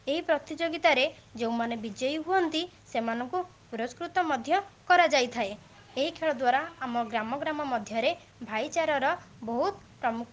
ଏଇ ପ୍ରତିଯୋଗିତାରେ ଯେଉଁମାନେ ବିଜୟୀ ହୁଅନ୍ତି ସେମାନଙ୍କୁ ପୁରସ୍କୃତ ମଧ୍ୟ କରାଯାଇଥାଏ ଏହି ଖେଳ ଦ୍ଵାରା ଆମ ଗ୍ରାମ ଗ୍ରାମ ମଧ୍ୟରେ ଭାଇଚାରାର ବହୁତ ପ୍ରମୁ